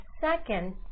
second